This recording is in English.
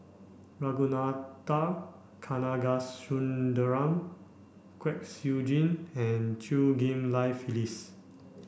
Ragunathar Kanagasuntheram Kwek Siew Jin and Chew Ghim Lian Phyllis